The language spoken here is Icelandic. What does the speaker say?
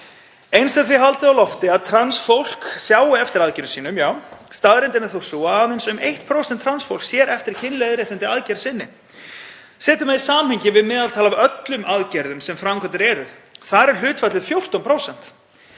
Eins er því haldið á lofti að trans fólk sjái eftir aðgerðum sínum. Staðreyndin er þó sú að aðeins um 1% trans fólks sér eftir kynleiðréttandi aðgerð sinni. Setjum það í samhengi við meðaltal af öllum aðgerðum sem framkvæmdar eru. Þar er hlutfallið 14%.